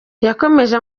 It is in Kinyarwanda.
yakomeje